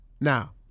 Now